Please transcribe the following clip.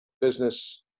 business